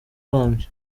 urambye